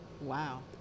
Wow